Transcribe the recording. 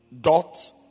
dot